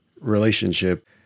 relationship